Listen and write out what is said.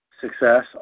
success